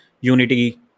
unity